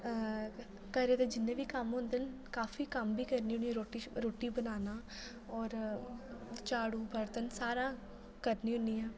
अ घरै दे जि'न्नें बी क'म्म होंदे काफी क'म्म बी करनी होनी आं रुट्टी बनाना होर झाड़ू बरतन सारा करनी होनी आं